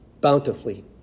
Bountifully